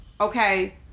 okay